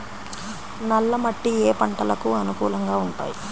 నల్ల మట్టి ఏ ఏ పంటలకు అనుకూలంగా ఉంటాయి?